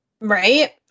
Right